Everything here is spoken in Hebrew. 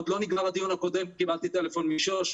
עוד לא נגמר הדיון הקודם, קיבלתי טלפון משוש.